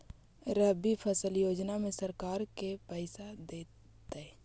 रबि फसल योजना में सरकार के पैसा देतै?